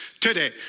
today